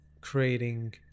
creating